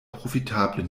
profitable